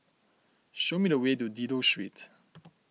show me the way to Dido Street